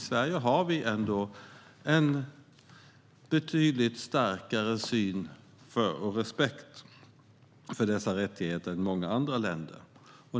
Sverige har en betydligt starkare respekt för dessa rättigheter än många andra länder.